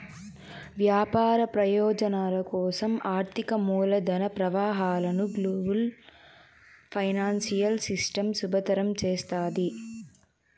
వ్యాపార ప్రయోజనాల కోసం ఆర్థిక మూలధన ప్రవాహాలను గ్లోబల్ ఫైనాన్సియల్ సిస్టమ్ సులభతరం చేస్తాది